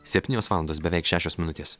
septynios valandos beveik šešios minutės